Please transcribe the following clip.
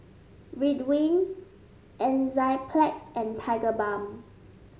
Ridwind Enzyplex and Tigerbalm